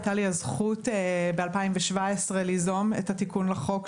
הייתה לי הזכות ב-2017 ליזום את התיקון לחוק,